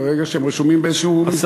ברגע שהם רשומים באיזו מסגרת לימודים,